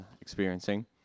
experiencing